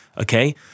Okay